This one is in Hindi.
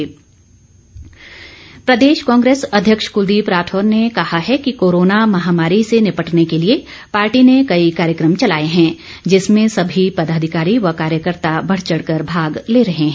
कांग्रेस प्रदेश कांग्रेस अध्यक्ष कुलदीप राठौर ने कहा है कि कोरोना महामारी से निपटने के लिए पार्टी ने कई कार्यक्रम चलाए हैं जिसमें सभी पदाधिकारी व कार्यकर्ता बढ़चढ़ कर भाग ले रहे हैं